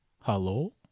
Hello